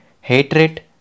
hatred